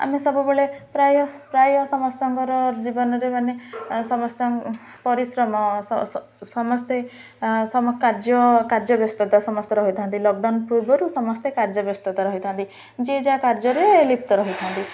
ଆମେ ସବୁବେଳେ ପ୍ରାୟ ପ୍ରାୟ ସମସ୍ତଙ୍କର ଜୀବନରେ ମାନେ ସମସ୍ତ ପରିଶ୍ରମ ସମସ୍ତେ ସମ କାର୍ଯ୍ୟ କାର୍ଯ୍ୟ ବ୍ୟସ୍ତତା ସମସ୍ତେ ରହିଥାନ୍ତି ଲକଡାଉନ ପୂର୍ବରୁ ସମସ୍ତେ କାର୍ଯ୍ୟ ବ୍ୟସ୍ତତା ରହିଥାନ୍ତି ଯିଏ ଯାହା କାର୍ଯ୍ୟରେ ଲିପ୍ତ ରହିଥାନ୍ତି